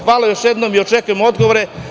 Hvala još jednom i očekujem odgovore.